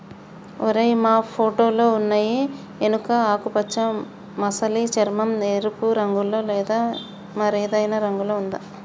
ఓరై మా ఫోటోలో ఉన్నయి ఎనుక ఆకుపచ్చ మసలి చర్మం, ఎరుపు రంగులో లేదా మరేదైనా రంగులో ఉందా